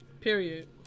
Period